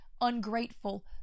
ungrateful